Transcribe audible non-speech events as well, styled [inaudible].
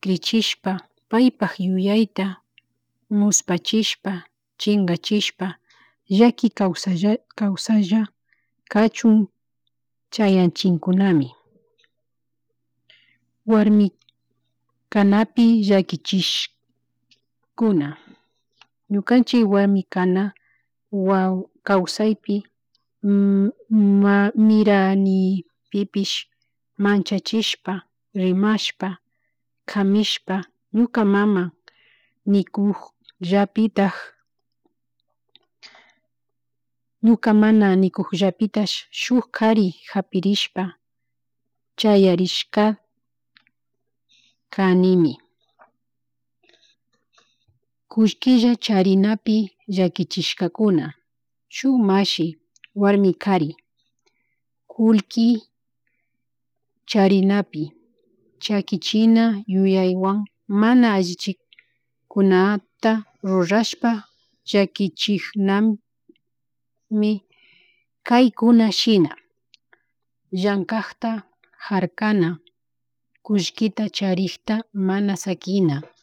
kichishpa paypak yuyayta muspachishpa chinckachishpa llaki kawaslla kachun chayachikunami warmi kanapi llakichishkuna ñukanchik warmikana [hesitation] kawsaypi [hesitation] miraniíísh manchachispa rimashpa kamishpa ñuka mama mikukllapitak [noise] ñuka mana nikukllapitak shuk kari hapirishpa chayarishka kanimi, kullkilla charinapi llakichishkakuna, shuk mashi warmi kari kullki charinapi llakichina yuyaywan mana allichik kunata rurashpa llakichiknami kay kuna shina llankakta harkana, kullkita charikta mana sakina